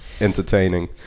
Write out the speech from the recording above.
entertaining